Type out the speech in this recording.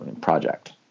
project